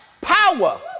power